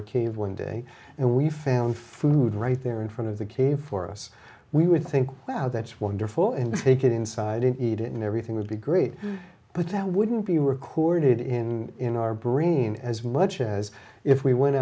our cave one day and we found food right there in front of the cave for us we would think wow that's wonderful and take it inside and eat it and everything would be great but that wouldn't be recorded in in our brain as much as if we went